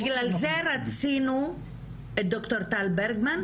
רצינו את ד"ר טל ברגמן,